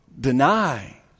deny